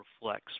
reflects